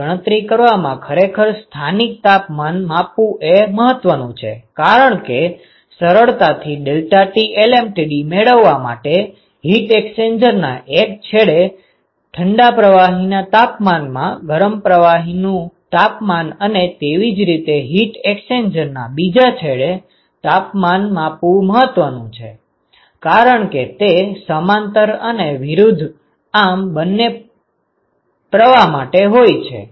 આમ ગણતરી કરવામાં ખરેખર સ્થાનિક તાપમાન માપવું એ મહત્વનું છે કારણ કે સરળતાથી deltaT lmtd મેળવવા માટે હીટ એક્સ્ચેન્જરના એક છેડે ઠંડા પ્રવાહીના તાપમાનમાં ગરમ પ્રવાહીનું તાપમાન અને તેવી જ રીતે હીટ એક્સ્ચેન્જરના બીજા છેડે તાપમાન માપવું મહવત્વનું છે કારણ કે તે સમાંતર અને વિરુદ્ધ આમ બંને પ્રવાહ માટે હોય છે